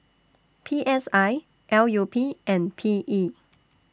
P S I L U P and P E